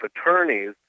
attorneys